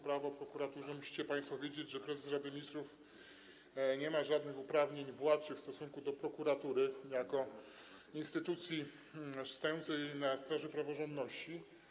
Prawo o prokuraturze, musicie państwo wiedzieć, że prezes Rady Ministrów nie ma żadnych uprawnień władczych w stosunku do prokuratury jako instytucji stojącej na straży praworządności.